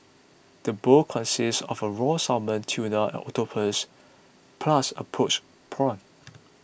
the bowl consists of a raw salmon tuna and octopus plus a poached prawn